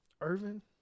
Irvin